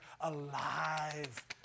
alive